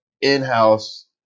in-house